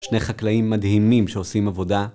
שני חקלאים מדהימים שעושים עבודה